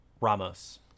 Ramos